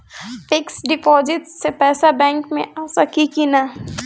Fix deposit से पैसा bank मे आ सकी कि ना?